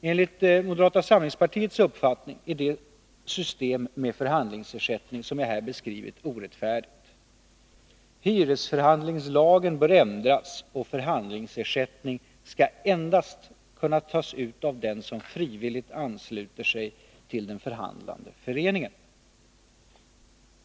Enligt moderata samlingspartiets uppfattning är det system med förhandlingsersättning som jag här beskrivit orättfärdigt. Hyresförhandlingslagen bör ändras, och förhandlingsersättning skall endast kunna tas ut av den som frivilligt ansluter sig till den förhandlande föreningen.